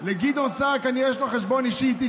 לגדעון סער כנראה שיש חשבון אישי איתי,